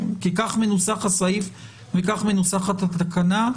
כי כך מנוסח הסעיף וכך מנוסחת התקנה.